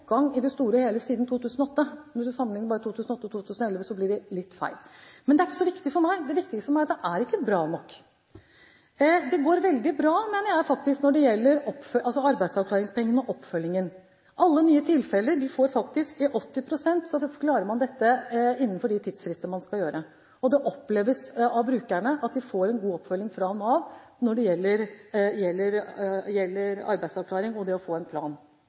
i det store og hele siden 2008. Hvis man bare sammenligner 2008 og 2011, blir det litt feil. Men det er ikke så viktig for meg, det viktigste for meg er at det er ikke bra nok. Det går veldig bra, mener jeg, når det gjelder arbeidsavklaringspengene og oppfølgingen. I 80 pst. av tilfellene klarer man dette innenfor de tidsfrister man har satt, og brukerne opplever at de får en god oppfølging fra Nav når det gjelder arbeidsavklaringspengene, og det å få en plan.